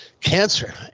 cancer